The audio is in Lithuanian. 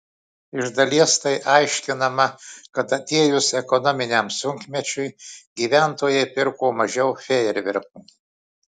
iš dalies tai aiškinama kad atėjus ekonominiam sunkmečiui gyventojai pirko mažiau fejerverkų